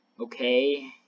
okay